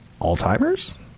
Alzheimer's